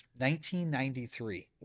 1993